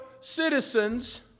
citizens